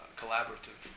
collaborative